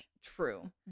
true